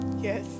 Yes